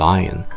Lion